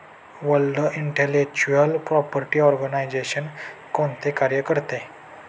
World Intellectual Property Organization कोणते कार्य करते?